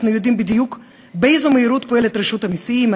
אנחנו יודעים בדיוק באיזו מהירות פועלות רשות המסים,